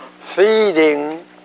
feeding